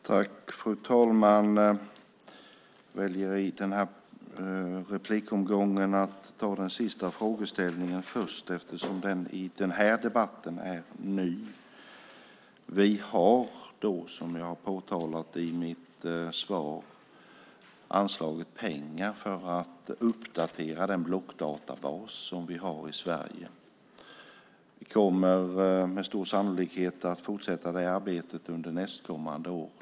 Fru talman! Jag väljer att i detta inlägg ta den sista frågeställningen först eftersom den är ny för denna debatt. Vi har, som jag påtalat i mitt svar, anslagit pengar för att uppdatera den blockdatabas som vi har i Sverige. Vi kommer med stor sannolikhet att fortsätta det arbetet under nästkommande år.